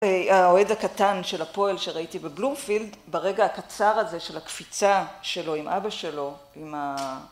האוהד הקטן של הפועל שראיתי בבלומפילד ברגע הקצר הזה של הקפיצה שלו עם אבא שלו עם